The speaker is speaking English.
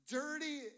dirty